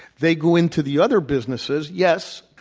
they'd go into the other businesses, yes,